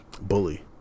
bully